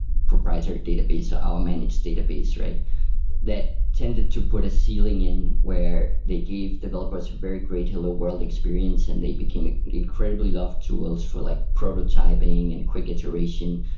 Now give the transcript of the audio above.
proprietary database, ah our managed database. that tended to put a ceiling in where they gave developers very great hello world experience and they became ah incredibly loved jewels for like prototyping and quick iteration,